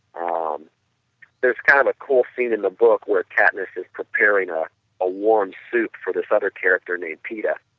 um there's kind of a cool scene in the book where katniss is preparing ah a warm soup for this other character named peeta.